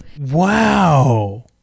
Wow